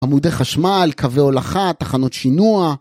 ‫עמודי חשמל, קווי הולכה, ‫תחנות שינוע.